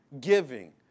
giving